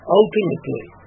ultimately